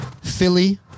Philly